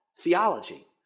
theology